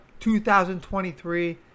2023